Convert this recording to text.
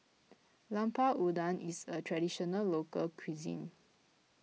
Lemper Udang is a Traditional Local Cuisine